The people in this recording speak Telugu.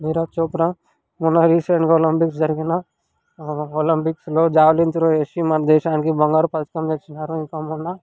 నీరజ్ చోప్రా మొన్న రీసెంట్గా ఒలంపిక్స్ జరిగిన ఒలంపిక్స్లో జావలిన్ త్రో వేసి మన దేశానికి బంగారు పథకం తెచ్చినారు ఇంకా మళ్ళీ